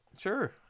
sure